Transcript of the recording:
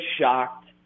shocked